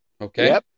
okay